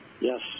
Yes